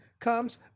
comes